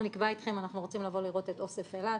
אנחנו רוצים לראות את אוסף אילת,